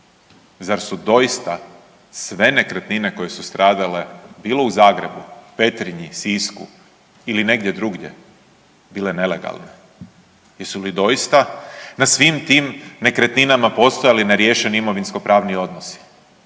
zar su doista sve nekretnine koje su stradale bilo u Zagrebu, Petrinji, Sisku ili negdje drugdje bile nelegalne, jesu li doista na svim tim nekretninama postojali neriješeni imovinskopravni odnosi?